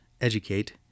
educate